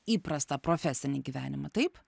įprastą profesinį gyvenimą taip